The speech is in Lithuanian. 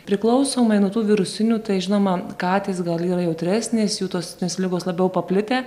priklausomai nuo tų virusinių tai žinoma katės gal yra jautresnės jų tos nes ligos labiau paplitę